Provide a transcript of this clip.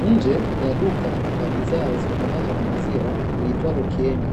Nje ya duka la bidhaa zitokanazo na maziwa liitwalo KIENI,